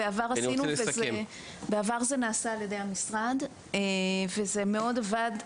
בעבר עשינו את זה על ידי המשרד וזה מאוד עבד.